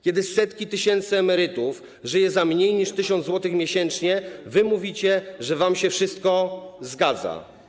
Kiedy setki tysięcy emerytów żyją za mniej 1 tys. miesięcznie, wy mówicie, że wam się wszystko zgadza.